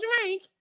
drink